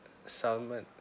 salmon